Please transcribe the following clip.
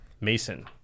Mason